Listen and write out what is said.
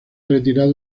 retirado